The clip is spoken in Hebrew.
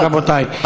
רבותי,